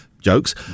Jokes